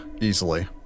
easily